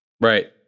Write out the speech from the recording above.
Right